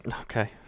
Okay